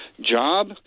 job